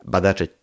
Badacze